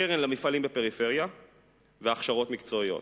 קרן למפעלים בפריפריה והכשרות מקצועיות.